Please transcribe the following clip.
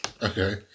Okay